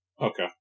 Okay